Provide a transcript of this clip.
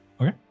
okay